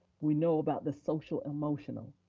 we know about the social-emotional,